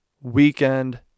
weekend